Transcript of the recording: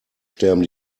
sterben